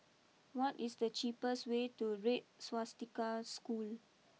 what is the cheapest way to Red Swastika School